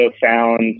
found